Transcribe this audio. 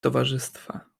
towarzystwa